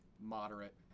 moderate